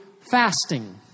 fasting